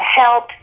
help